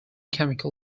chemical